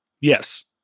yes